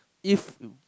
if